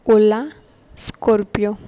ola scorpio